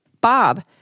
Bob